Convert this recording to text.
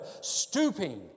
stooping